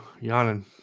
yawning